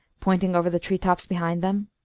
pointing over the tree-tops behind them.